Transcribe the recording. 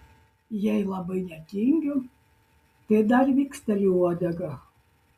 jei labai netingiu tai dar viksteliu uodega